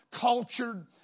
cultured